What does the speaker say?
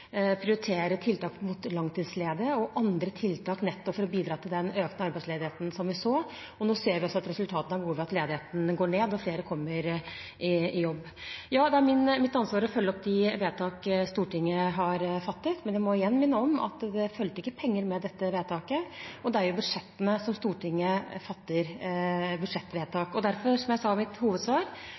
tiltak rettet mot langtidsledige og andre tiltak for å bidra i arbeidet mot den økte arbeidsledigheten som vi så. Nå ser vi også at resultatene er gode ved at ledigheten går ned og flere kommer i jobb. Ja, det er mitt ansvar å følge opp de vedtak Stortinget har fattet, men jeg må igjen minne om at det fulgte ikke penger med dette vedtaket, og det er i budsjettbehandlingen Stortinget fatter budsjettvedtak. Og derfor, som jeg sa i mitt hovedsvar,